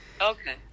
Okay